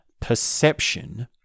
Perception